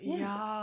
ya